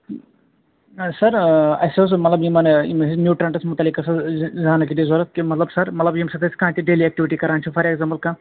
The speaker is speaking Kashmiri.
سَر اَسہِ اوس مطلب یِمَن یِم ٲسۍ نیوٗٹرٛنٛٹٕس متعلق ٲسۍ زانکٲری ضروٗرت کہ مطلب سَر مطلب ییٚمہِ سۭتۍ أسۍ کانٛہہ تہِ ڈیلی ایکٹٕوِٹی کَران چھِ فارایگزامپٕل کانٛہہ